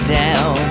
down